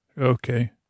Okay